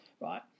right